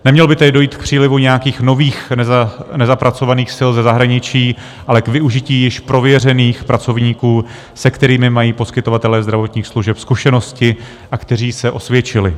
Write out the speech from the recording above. Nemělo by tady dojít k přílivu nějakých nových, nezapracovaných sil ze zahraničí, ale k využití již prověřených pracovníků, se kterými mají poskytovatelé zdravotních služeb zkušenosti a kteří se osvědčili.